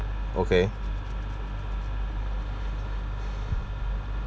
okay